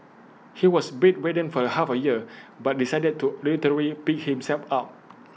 he was bedridden for the half A year but decided to literally pick himself up